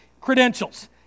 Credentials